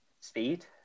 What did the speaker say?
speed